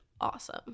awesome